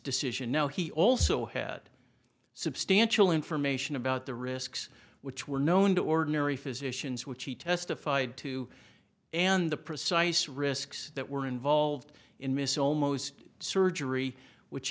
decision now he also had substantial information about the risks which were known to ordinary physicians which he testified to and the precise risks that were involved in this almost surgery which